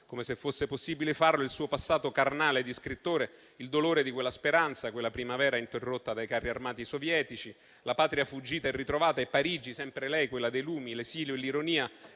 come se fosse possibile farlo, il suo passato carnale di scrittore, il dolore di quella speranza, quella primavera interrotta dai carri armati sovietici, la patria fuggita e ritrovata a Parigi, sempre lei: quella dei lumi, l'esilio e l'ironia,